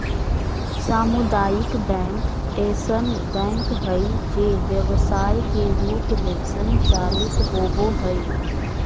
सामुदायिक बैंक ऐसन बैंक हइ जे व्यवसाय के रूप में संचालित होबो हइ